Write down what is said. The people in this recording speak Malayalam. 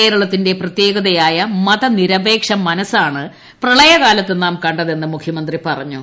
കേരളത്തിന്റെ പ്രത്യേകതയായ മതനിരപേക്ഷ മനസ്സാണ് പ്രളയകാലത്ത് നാം കണ്ടതെന്ന് മുഖ്യമന്ത്രി പറഞ്ഞു